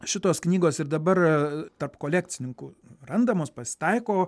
šitos knygos ir dabar tarp kolekcininkų randamos pasitaiko